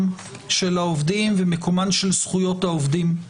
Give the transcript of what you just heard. של העובדים ומקומן של זכויות העובדים.